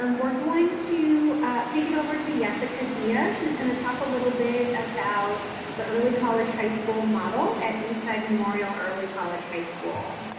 um we're going to take it over to yesica diaz, who's going to talk a little bit about the early college high school model at eastside memorial early college high school.